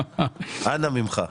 אנא ממך.